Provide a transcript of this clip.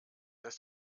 dass